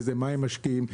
במה הם משקיעים,